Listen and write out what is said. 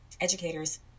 educators